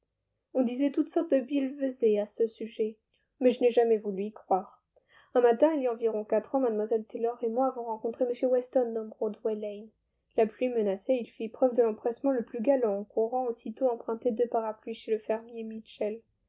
on disait toutes sortes de billevesées à ce sujet mais je n'ai jamais voulu y croire un matin il y a environ quatre ans mlle taylor et moi avons rencontré m weston dans broadway lane la pluie menaçait et il fit preuve de l'empressement le plus galant en courant aussitôt emprunter deux parapluies chez le fermier mitchell